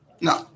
No